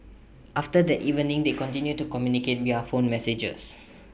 after that evening they continued to communicate via phone messages